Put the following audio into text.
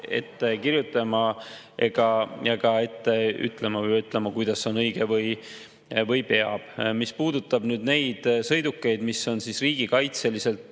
ette kirjutama ega ka ette ütlema või ütlema, kuidas on õige või kuidas peab. Mis puudutab neid sõidukeid, mis on riigikaitseliselt